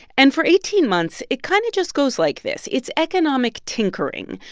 and for eighteen months, it kind of just goes like this. it's economic tinkering.